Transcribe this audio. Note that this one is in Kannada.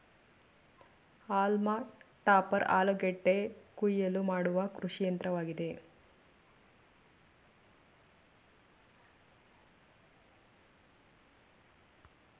ಹಾಲ್ಮ ಟಾಪರ್ ಆಲೂಗೆಡ್ಡೆ ಕುಯಿಲು ಮಾಡುವ ಕೃಷಿಯಂತ್ರವಾಗಿದೆ